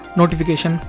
notification